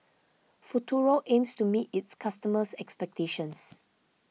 Futuro aims to meet its customers' expectations